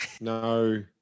No